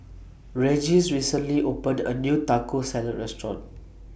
Regis recently opened A New Taco Salad Restaurant